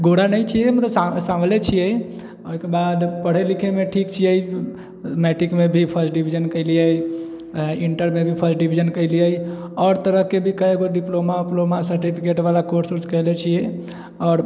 गोरा नहि छिए मतलब साँवले छिए ओहिके बाद पढ़ै लिखैमे ठीक छिए मैट्रिकमे भी फर्स्ट डिविजन केलिए इन्टरमे भी फर्स्ट डिविजन केलिए आओर तरहके भी कएकगो डिप्लोमा उप्लोमा सर्टिफिकेवटला कोर्स उर्स कएले छिए आओर